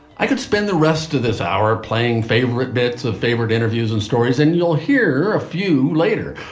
i could spend the rest of this hour playing favorite bits of favorite interviews and stories and you'll hear a few later.